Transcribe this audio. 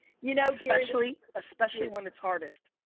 you know especially especially when it's hardest.